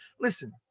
listen